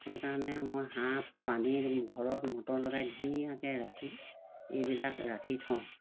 সেইকাৰণে মই হাঁহ পানীৰ ঘৰত মটৰ লগাই ধুনীয়াকৈ ৰাখি এইবিলাক ৰাখি থওঁ